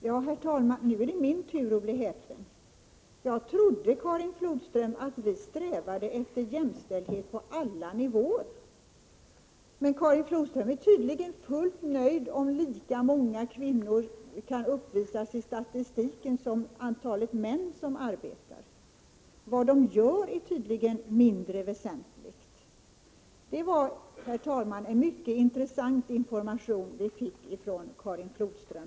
Herr talman! Nu är det min tur att bli häpen. Jag trodde, Karin Flodström, att vi strävade efter jämställdhet på alla nivåer. Men Karin Flodström är tydligen fullt nöjd om statistiken uppvisar lika många kvinnor som män i arbete. Vad de gör är tydligen mindre viktigt. Det var, herr talman, en mycket intressant information vi fick från Karin Flodström.